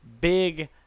big